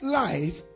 life